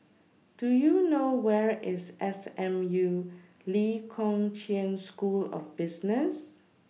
Do YOU know Where IS S M U Lee Kong Chian School of Business